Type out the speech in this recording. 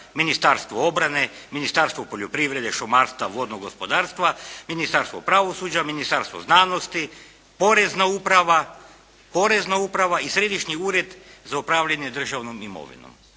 Ministarstvo obrane, Ministarstvo poljoprivrede, šumarstva, vodnog gospodarstva, Ministarstvo pravosuđa, Ministarstvo znanosti, porezna uprava i Središnji ured za upravljanje državnom imovinom.